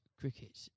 cricket